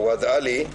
נוהאד עלי.